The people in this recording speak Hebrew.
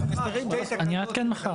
אני אעדכן מחר.